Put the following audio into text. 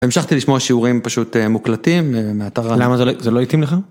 המשכתי לשמוע שיעורים פשוט מוקלטים מהאתר ה... למה זה לא התאים לך?